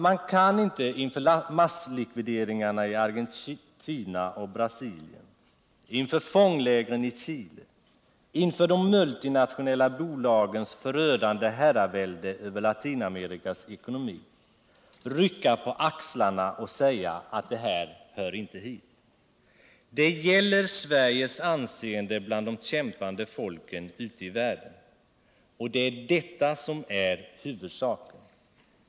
Man kan inte inför masslikvideringarna i Argentina och Brasilien, inför fånglägren i Chile, inför de multinationella bolagens förödande herravälde över Latinamerikas ekonomi, rycka på axlarna och säga att det hör inte hit. Det gäller Sveriges anseende bland de kämpande folken ute i världen, och det är detta som är huvudsaken.